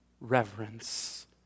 reverence